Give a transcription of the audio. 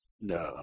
No